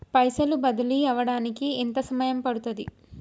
పైసలు బదిలీ అవడానికి ఎంత సమయం పడుతది?